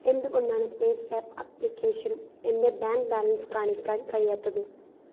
എന്തുകൊണ്ടാണ് പേയ്സാപ്പ് അപ്ലിക്കേഷന് എൻ്റെ ബാങ്ക് ബാലൻസ് കാണിക്കാൻ കഴിയാത്തത്